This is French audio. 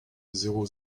zéro